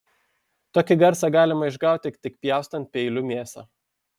tokį garsą galima išgauti tik pjaustant peiliu mėsą